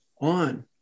on